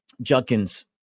Junkins